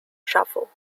shuffle